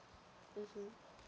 mmhmm